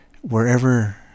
Wherever